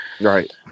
Right